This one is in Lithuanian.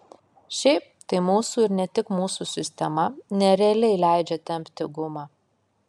šiaip tai mūsų ir ne tik mūsų sistema nerealiai leidžia tempti gumą